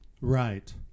Right